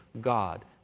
God